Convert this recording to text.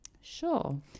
Sure